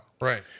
Right